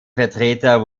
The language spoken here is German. vertreter